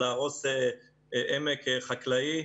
של להרוס עמק חקלאי.